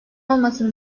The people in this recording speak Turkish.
olmasını